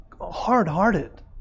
hard-hearted